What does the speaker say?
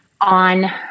on